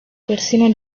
persino